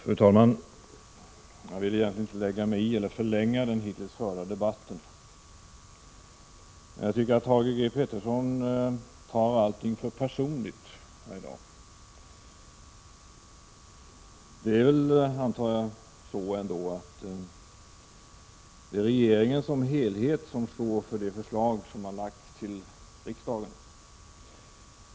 Fru talman! Jag vill egentligen inte lägga mig i eller förlänga den hittills förda debatten. Men jag tycker att Thage G. Peterson tar allting för personligt. Det är ju regeringen som helhet som står för de förslag som läggs fram för riksdagen.